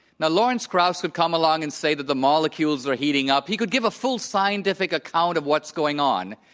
now, lawrence krauss would come along and say that the molecules are heating up, he could give a full scientific account of what's going on,